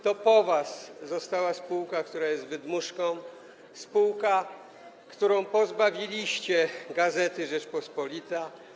To po was została spółka, która jest wydmuszką, spółka, którą pozbawiliście gazety „Rzeczpospolita”